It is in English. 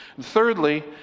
Thirdly